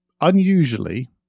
unusually